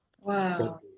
Wow